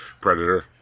predator